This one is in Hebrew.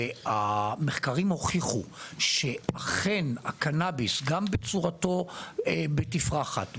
והמחקרים הוכיחו שאכן הקנביס גם בצורתו בתפרחת,